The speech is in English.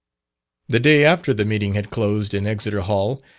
the day after the meeting had closed in exeter hall,